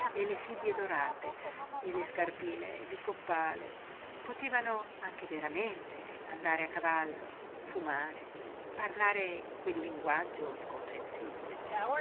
e le fibbie dorate e le scarpine di coppale potevano anche veramente andare a cavallo fumare parlare quel linguaggio incomprensibile